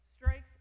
strikes